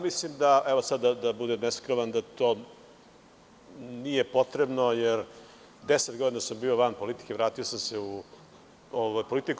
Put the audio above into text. Mislim da, evo sada da budem ne skroman, to nije potrebno, jer deset godina sam bio van politike, vratio sam se u politiku.